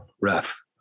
ref